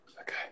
okay